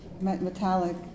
metallic